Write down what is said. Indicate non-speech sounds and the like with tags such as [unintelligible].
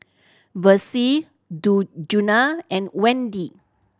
Versie [unintelligible] Djuna and Wendi